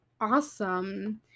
awesome